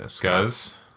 Guys